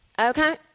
Okay